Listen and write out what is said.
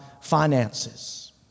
finances